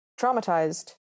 traumatized